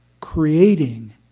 creating